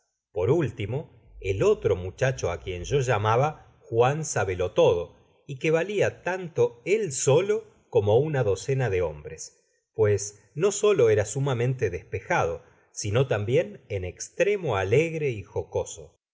por último el otro muchacho á quien yo llamaba juan sábeloiodo y que vaiia tanto él solo como una docena de hombres pues no solo era sumamente despejado sino tambien en estremo alegre yjocoso